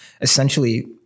essentially